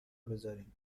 بزارین